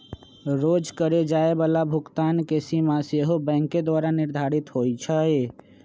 रोज करए जाय बला भुगतान के सीमा सेहो बैंके द्वारा निर्धारित होइ छइ